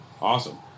awesome